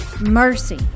mercy